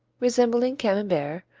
resembling camembert,